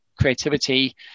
Creativity